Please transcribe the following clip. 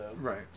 Right